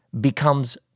becomes